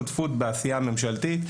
בשותפות של עשייה ממשלתית,